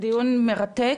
דיון מרתק.